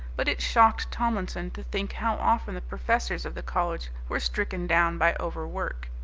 but it shocked tomlinson to think how often the professors of the college were stricken down by overwork.